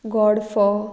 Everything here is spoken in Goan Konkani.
गॉड फोव